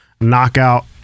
knockout